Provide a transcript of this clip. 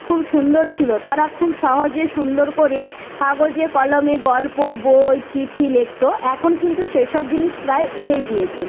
খুব সুন্দর ছিলো তারা খুব সহজে সুন্দর করে কাগজে কলমে গল্প বই চিঠি লিখতো এখন কিন্তু সেসব জিনিস প্রায় উঠেই গিয়েছে